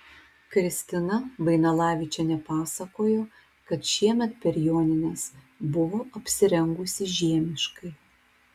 kristina vainalavičienė pasakojo kad šiemet per jonines buvo apsirengusi žiemiškai